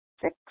six